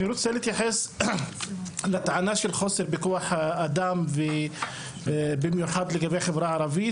אני רוצה להתייחס לטענה של חוסר בכוח אדם ובמיוחד לגבי חברה ערבית.